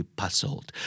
puzzled